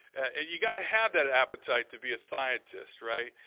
and you gotta have that appetite to be a scientist, right?